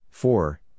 Four